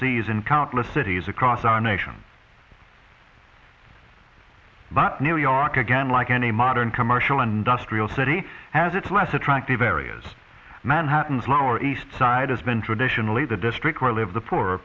in countless cities across our nation but nearly ark again like any modern commercial industrial city has its less attractive areas manhattan's lower east side has been traditionally the district where live the poor